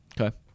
Okay